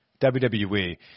WWE